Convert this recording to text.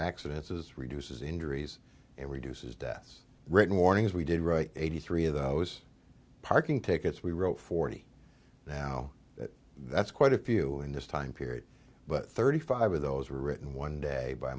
accidents as reduces injuries and reduces deaths written warnings we did write eighty three of those parking tickets we wrote forty now that that's quite a few in this time period but thirty five of those were written one day by